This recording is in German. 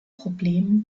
problemen